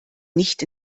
nicht